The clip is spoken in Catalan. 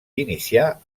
inicià